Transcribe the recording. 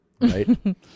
Right